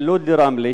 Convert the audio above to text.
בין לוד לרמלה.